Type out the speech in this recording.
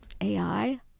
AI